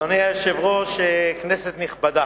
אדוני היושב-ראש, כנסת נכבדה,